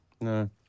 No